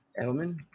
Edelman